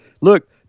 Look